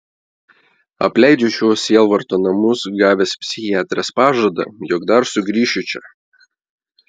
apleidžiu šiuos sielvarto namus gavęs psichiatrės pažadą jog dar sugrįšiu čia